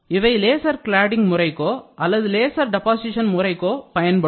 இவை laser cladding முறைக்கோ அல்லது லேசர் டெபாசீஷன் முறைக்கோ பயன்படும்